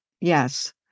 Yes